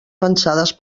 pensades